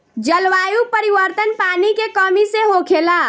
जलवायु परिवर्तन, पानी के कमी से होखेला